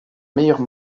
meilleure